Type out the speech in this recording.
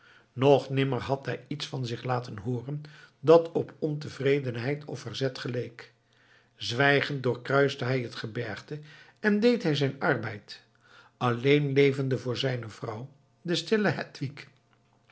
nog nimmer had hij iets van zich laten hooren dat op ontevredenheid of verzet geleek zwijgend doorkruiste hij het gebergte en deed hij zijn arbeid alleen levende voor zijne vrouw de stille